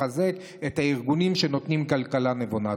לחזק את הארגונים שנותנים כלכלה נבונה.